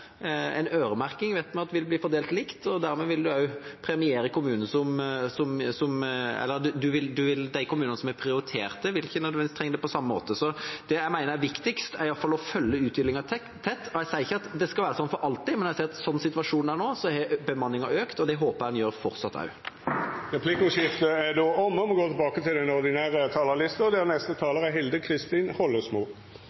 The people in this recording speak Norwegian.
En øremerking vet vi vil bli fordelt likt, og dermed vil de kommunene som har prioritert det, ikke nødvendigvis trenge det på samme måte. Det jeg mener er viktigst, er å følge utviklingen tett. Jeg sier ikke at det skal være sånn for alltid, men jeg sier at som situasjonen er nå, har bemanningen økt – og det håper jeg at den gjør fortsatt også. Replikkordskiftet er omme. Dei talarane som heretter får ordet, har ei taletid på inntil 3 minuttar. Jeg har hørt det